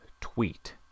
tweet